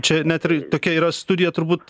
čia net ir tokia yra studija turbūt